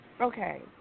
okay